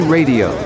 Radio